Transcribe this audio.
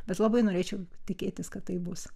bet labai norėčiau tikėtis kad taip bus